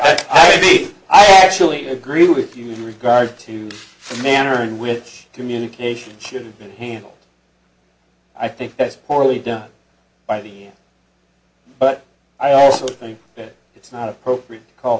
so i actually agree with you in regard to the manner in which communication should have been handled i think it's poorly done by the but i also think that it's not appropriate to call